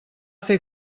fer